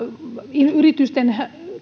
yritysten